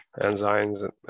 enzymes